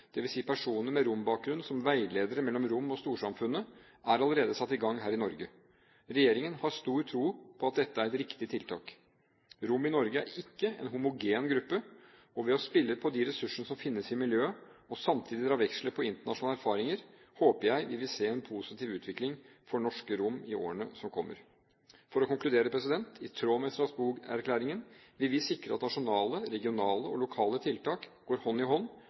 personer med rombakgrunn som veiledere mellom romene og storsamfunnet, er allerede satt i gang her i Norge. Regjeringen har stor tro på at dette er et riktig tiltak. Romene i Norge er ikke en homogen gruppe, og ved å spille på de ressursene som finnes i miljøet og samtidig dra veksler på internasjonal erfaringer, håper jeg vi vil se en positiv utvikling for norske romer i årene som kommer. For å konkludere: I tråd med Strasbourg-erklæringen vil vi sikre at nasjonale, regionale og lokale tiltak går hånd i hånd